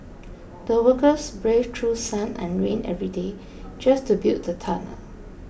the workers braved through sun and rain every day just to build the tunnel